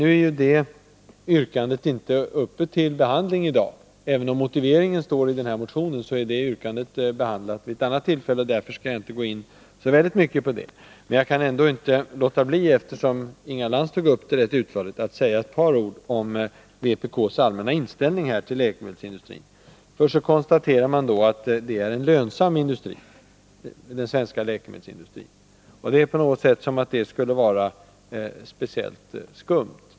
Nu är det förslaget inte uppe till behandling i dag. Även om motiveringen till det återfinns i motionen, behandlas det yrkandet vid ett annat tillfälle, och därför skall jag inte gå in på det. Men eftersom Inga Lantz tog upp det rätt utförligt kan jag ändå inte låta bli att säga ett par ord om vpk:s allmänna inställning till läkemedelsindustrin. Först konstaterar man att den svenska läkemedelsindustrin är en lönsam industri. Det är på något sätt som om det skulle vara speciellt skumt.